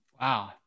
Wow